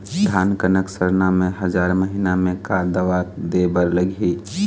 धान कनक सरना मे हजार महीना मे का दवा दे बर लगही?